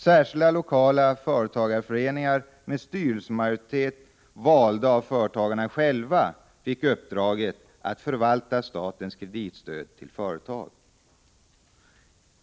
Särskilda lokala företagarföreningar med en styrelsemajoritet vald av företagarna själva fick uppdraget att förvalta statens kreditstöd till företagen.